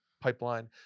pipeline